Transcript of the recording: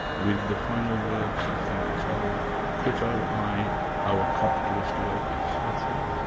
with the final words i think, tell crito i owe a cock to asclepius. that's right.